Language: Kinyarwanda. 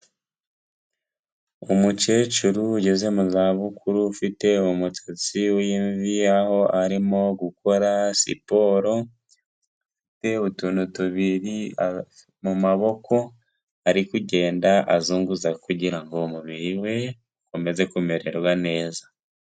Umucecuru ugeze muzabukuru ufite umusatsi w'imvi aho arimo gukora siporo, ufite utuntu tubiri mu maboko ari kugenda azunguza kugirango umubiri we ukomeze kumererwa neza.